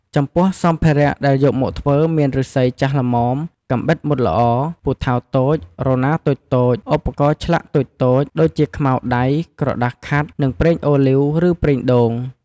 ចំពោះសម្ភារៈដែលយកមកធ្វើ មានឫស្សីចាស់ល្មម កាំបិតមុតល្អ ពូថៅតូច រណារតូចៗ ឧបករណ៍ឆ្លាក់តូចៗ ដូចជាខ្មៅដៃ ក្រដាសខាត់ និងប្រេងអូលីវ ឬប្រេងដូង។